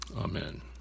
Amen